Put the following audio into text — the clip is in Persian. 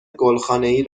گلخانهای